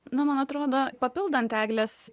na man atrodo papildant eglės